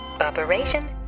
Operation